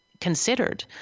considered